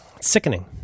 Sickening